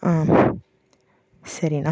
ஆ சரிண்ணா